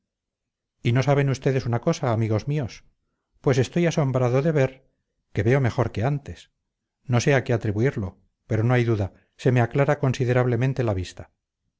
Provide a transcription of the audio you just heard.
y no saben ustedes una cosa amigos míos pues estoy asombrado de ver que veo mejor que antes no sé a qué atribuirlo pero no hay duda se me aclara considerable mente la vista